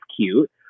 cute